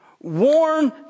warn